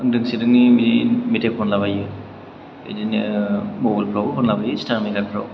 दोंसे दोंनैनि मेथाइ खनलाबायो बिदिनो मबाइलफ्रावबो खनला बायो स्टार मेकारफ्राव